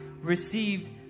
received